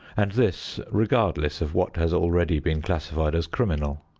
and this regardless of what has already been classified as criminal.